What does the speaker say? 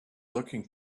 looking